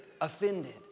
offended